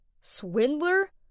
Swindler